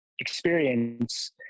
experience